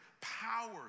power